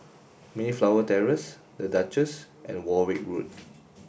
Mayflower Terrace The Duchess and Warwick Road